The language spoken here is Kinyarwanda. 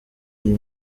iyi